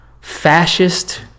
fascist